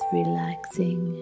relaxing